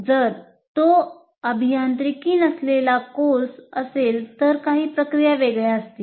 जर तो अभियांत्रिकी नसलेला कोर्स असेल तर काही प्रक्रिया वेगळ्या असतील